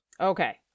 Okay